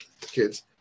kids